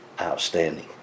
outstanding